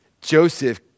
Joseph